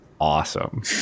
awesome